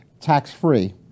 tax-free